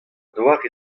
doare